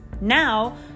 Now